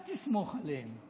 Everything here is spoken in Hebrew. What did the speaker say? אל תסמוך עליהם.